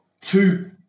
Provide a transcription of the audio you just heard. two